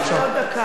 תצילו את הדמוקרטיה.